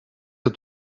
het